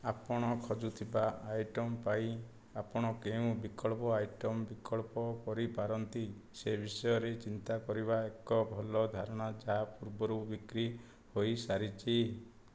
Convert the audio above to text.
ଆପଣ ଖୋଜୁଥିବା ଆଇଟମ୍ ପାଇଁ ଆପଣ କେଉଁ ବିକଳ୍ପ ଆଇଟମ୍ ବିକଳ୍ପ କରିପାରନ୍ତି ସେ ବିଷୟରେ ଚିନ୍ତା କରିବା ଏକ ଭଲ ଧାରଣା ଯାହା ପୂର୍ବରୁ ବିକ୍ରି ହୋଇସାରିଛି